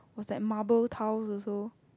was that marble tiles also